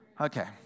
Okay